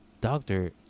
doctor